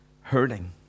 hurting